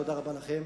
תודה רבה לכם.